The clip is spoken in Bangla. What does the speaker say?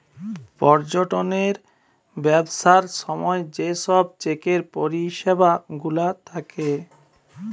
পর্যটনের ব্যবসার সময় যে সব চেকের পরিষেবা গুলা থাকে